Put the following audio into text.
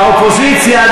האופוזיציה,